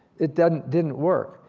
it didn't didn't work.